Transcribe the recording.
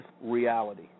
reality